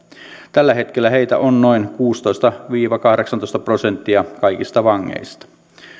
tällä hetkellä heitä on noin kuusitoista viiva kahdeksantoista prosenttia kaikista vangeista